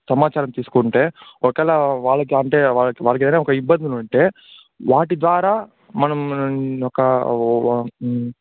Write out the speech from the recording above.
సమాచారం తీసుకుంటే ఒకేలా వాళ్ళకి అంటే వాళ్ళకి వాళ్ళకి ఒక ఏదైనా ఇబ్బంది ఉంటే వాటి ద్వారా మనం ఒక